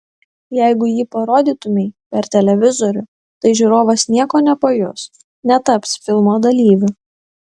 jeigu jį parodytumei per televizorių tai žiūrovas nieko nepajus netaps filmo dalyviu